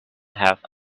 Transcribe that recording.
have